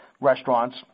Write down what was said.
restaurants